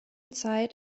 zeit